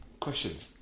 questions